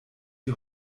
die